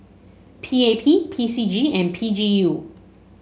P A P P C G and P G U